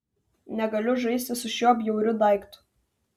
negaliu žaisti su šiuo bjauriu daiktu